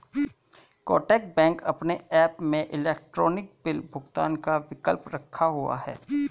Kotak bank अपने app में electronic bill भुगतान का विकल्प रखा हुआ है